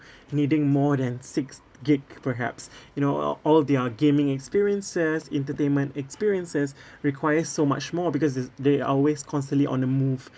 needing more than six gigabytes perhaps you know all all their gaming experiences entertainment experiences require so much more because it's they are always constantly on the move